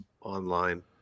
online